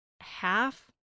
half